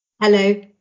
Hello